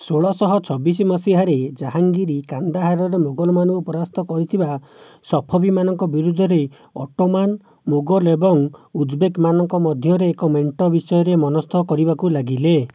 ଷୋଳଶହ ଚବିଶ ମସିହାରେ ଜାହାଙ୍ଗୀରି କାନ୍ଦାହାରରେ ମୋଗଲ ମାନଙ୍କୁ ପରାସ୍ତ କରିଥିବା ସଫବୀ ମାନଙ୍କ ବିରୁଦ୍ଧରେ ଅଟୋମାନ୍ ମୋଗଲ ଏବଂ ଉଜବେକ୍ ମାନଙ୍କ ମଧ୍ୟରେ ଏକ ମେଣ୍ଟ ବିଷୟରେ ମନସ୍ଥ କରିବାକୁ ଲାଗିଲେ